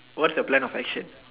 what's the plan of action